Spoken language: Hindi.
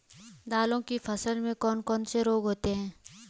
दालों की फसल में कौन कौन से रोग होते हैं?